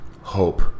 hope